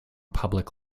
public